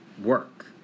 work